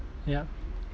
yup